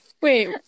Wait